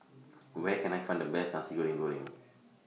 Where Can I Find The Best Nasi Goreng Kerang